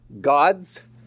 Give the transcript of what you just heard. gods